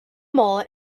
mole